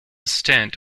stint